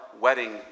wedding